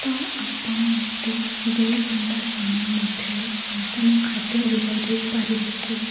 ତ ଆପଣ ମୋତେ ଦୁଇ ଘଣ୍ଟା ସମୟ ମଧ୍ୟରେ ମୋତେ ମୋ ଖାଦ୍ୟ ଯୋଗାଇ ଦେଇପାରିବେ କି